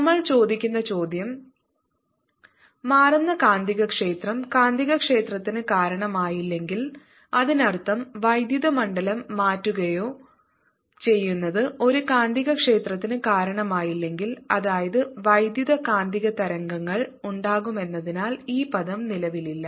നമ്മൾ ചോദിക്കുന്ന ചോദ്യം മാറുന്ന കാന്തികക്ഷേത്രം കാന്തികക്ഷേത്രത്തിന് കാരണമായില്ലെങ്കിൽ അതിനർത്ഥം വൈദ്യുത മണ്ഡലം മാറ്റുകയോ ചെയ്യുന്നത് ഒരു കാന്തികക്ഷേത്രത്തിന് കാരണമായില്ലെങ്കിൽ അതായത് വൈദ്യുതകാന്തിക തരംഗങ്ങൾ ഉണ്ടാകുമെന്നതിനാൽ ഈ പദം നിലവിലില്ല